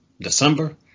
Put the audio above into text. December